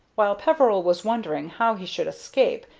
while peveril was wondering how he should escape,